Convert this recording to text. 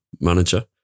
manager